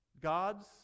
God's